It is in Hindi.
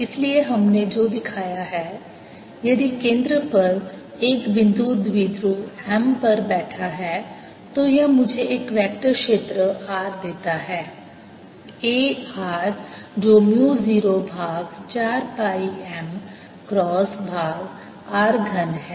इसलिए हमने जो दिखाया है यदि केंद्र पर एक बिंदु द्विध्रुव m बैठा है तो यह मुझे एक वेक्टर क्षेत्र r देता है A r जो म्यू 0 भाग 4 पाई m क्रॉस भाग r घन है